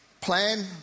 plan